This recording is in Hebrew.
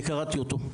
אני קראתי אותו,